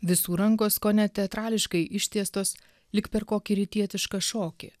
visų rankos kone teatrališkai ištiestos lyg per kokį rytietišką šokį